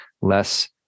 less